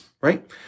right